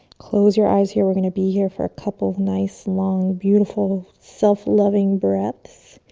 close your eyes here. we're going to be here for a couple of nice long, beautiful, self-loving breaths.